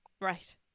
right